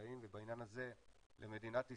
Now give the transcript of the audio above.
מדעיים ובעניין הזה למדינת ישראל,